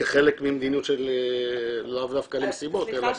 כחלק ממדיניות של לאו דווקא למסיבות אלא בכלל.